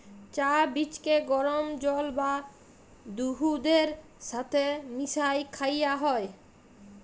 চাঁ বীজকে গরম জল বা দুহুদের ছাথে মিশাঁয় খাউয়া হ্যয়